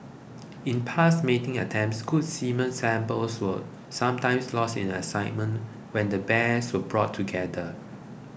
in past mating attempts good semen samples were sometimes lost in excitement when the bears were brought together